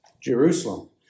Jerusalem